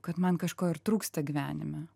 kad man kažko ir trūksta gyvenime